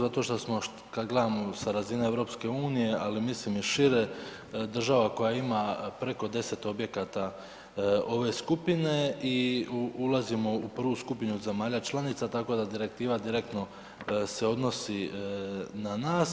Zato šta smo kad gledamo sa razine EU, ali mislim i šire, država koja ima preko 10 objekata ove skupine i ulazimo u prvu skupinu zemalja članica tako da direktiva direktno se odnosi na nas.